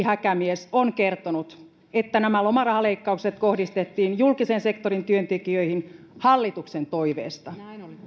häkämies on kertonut että nämä lomarahaleikkaukset kohdistettiin julkisen sektorin työntekijöihin hallituksen toiveesta